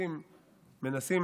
מנסים